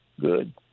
good